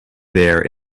there